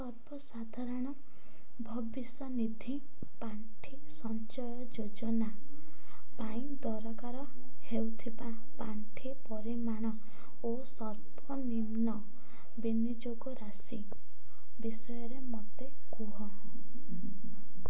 ସର୍ବସାଧାରଣ ଭବିଷ୍ୟନିଧି ପାଣ୍ଠି ସଞ୍ଚୟ ଯୋଜନା ପାଇଁ ଦରକାର ହେଉଥିବା ପାଣ୍ଠି ପରିମାଣ ଓ ସର୍ବନିମ୍ନ ବିନିଯୋଗ ରାଶି ବିଷୟରେ ମୋତେ କୁହ